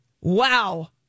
wow